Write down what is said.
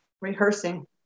rehearsing